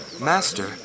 Master